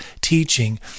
teaching